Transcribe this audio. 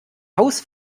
haus